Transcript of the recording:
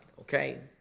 Okay